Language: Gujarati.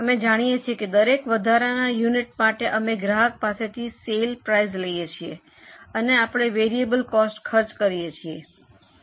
અમે જાણીએ છીએ કે દરેક વધારાના યુનિટ માટે અમે ગ્રાહક પાસેથી સેલ પ્રાઇસ લયીયે છીએ અને આપણે વેરિયેબલ કોસ્ટ ખર્ચ કરીયે છે